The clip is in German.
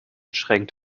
schränkt